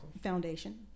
Foundation